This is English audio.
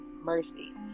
mercy